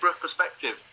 perspective